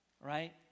right